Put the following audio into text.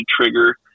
trigger